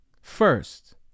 first